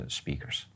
speakers